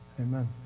Amen